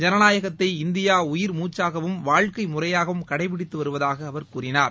ஜனநாயகத்தை இந்தியா உயிர் மூச்சாகவும் வாழ்க்கை முறையாகவும் கடைப்பிடித்து வருவதாக அவர் கூறினார்